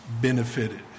benefited